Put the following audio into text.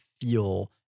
feel